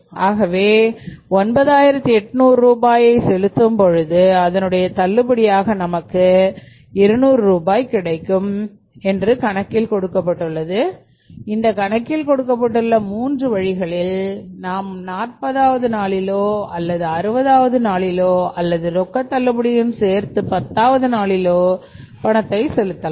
ஆகவே நாம் 9800 ரூபாயை செலுத்தும் பொழுது அதனுடைய தள்ளுபடியாக நமக்கு 200 ரூபாய் கிடைக்கும் கணக்கில் கொடுக்கப்பட்டுள்ள மூன்று வழிகளில் நாம் 40வது நாளிலோ அல்லது 60வது நாளிலோ அல்லது ரொக்க தள்ளுபடியுடன் சேர்த்து 10 வது நாளிலோ பணத்தை செலுத்தலாம்